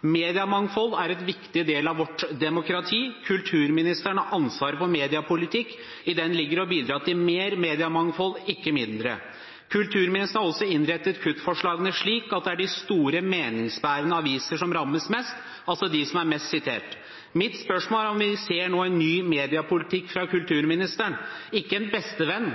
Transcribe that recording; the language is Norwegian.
Mediemangfold er en viktig del av vårt demokrati. Kulturministeren har ansvaret for mediepolitikk. I det ligger å bidra til mer mediemangfold, ikke mindre. Kulturministeren har også innrettet kuttforslagene slik at det er de store, meningsbærende avisene som rammes mest, altså de som er mest sitert. Mitt spørsmål er om vi ser en ny mediepolitikk fra kulturministeren – ikke en